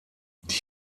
die